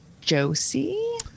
Josie